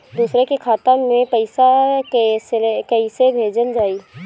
दूसरे के खाता में पइसा केइसे भेजल जाइ?